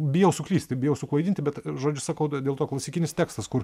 bijau suklysti bijau suklaidinti bet žodžiu sakau dėl to klasikinis tekstas kur